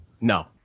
No